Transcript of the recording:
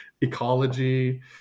ecology